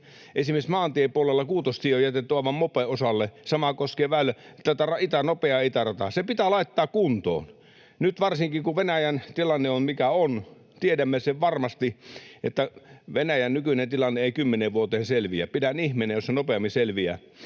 esimerkiksi maantiepuolella Kuutostie on jätetty aivan mopen osalle. Sama koskee tätä nopeaa itärataa. Se pitää laittaa kuntoon nyt varsinkin, kun Venäjän tilanne on, mikä on. Tiedämme sen varmasti, että Venäjän nykyinen tilanne ei kymmeneen vuoteen selviä — pidän ihmeenä, jos se nopeammin selviää.